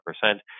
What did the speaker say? percent